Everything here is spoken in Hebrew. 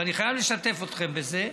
ואני חייב לשתף אתכם בזה,